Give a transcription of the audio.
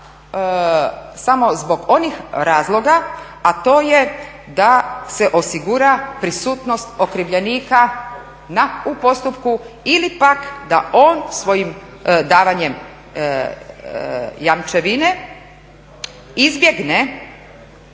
samo zbog onih razloga a to je da se osigura prisutnost okrivljenika na postupku ili pak da on svojim davanjem jamčevine izbjegne